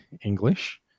English